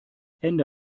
ende